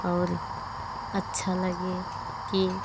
और अच्छा लगे कि